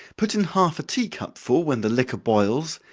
put in half a tea cup full, when the liquor boils,